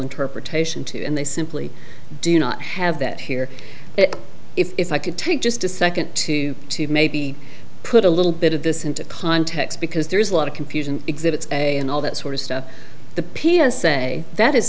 interpretation to and they simply do not have that here if i could take just a second to maybe put a little bit of this into context because there's a lot of confusion exhibits and all that sort of stuff the p s a that is